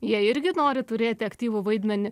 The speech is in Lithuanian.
jie irgi nori turėti aktyvų vaidmenį